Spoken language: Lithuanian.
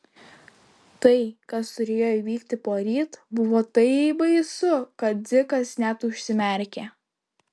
tai kas turėjo įvykti poryt buvo taip baisu kad dzikas net užsimerkė